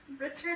Richard